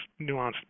nuanced